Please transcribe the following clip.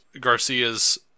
Garcia's